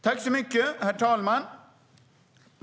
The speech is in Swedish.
Herr talman!